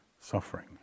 suffering